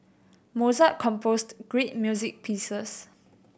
Mozart composed great music pieces